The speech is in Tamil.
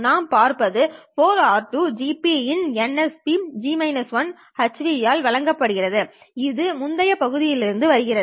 நாம் பார்த்தது 4R2GPinnsphν ஆல் வழங்கப்படுகிறது இது முந்தைய பகுதியிலிருந்து வருகிறது